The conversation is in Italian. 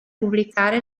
pubblicare